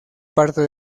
parte